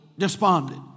despondent